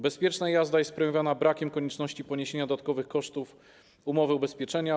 Bezpieczna jazda jest premiowana brakiem konieczności poniesienia dodatkowych kosztów umowy ubezpieczenia.